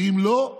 ואם לא,